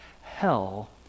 hell